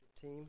team